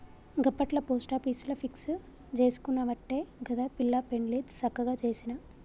గప్పట్ల పోస్టాపీసుల ఫిక్స్ జేసుకునవట్టే గదా పిల్ల పెండ్లి సక్కగ జేసిన